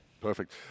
Perfect